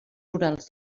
rurals